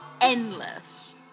endless